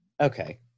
Okay